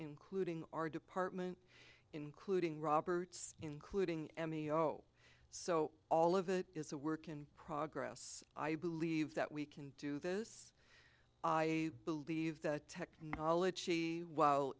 including our department including roberts including emmy so all of it is a work in progress i believe that we can do this i believe that technology while